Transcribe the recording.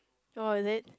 or is it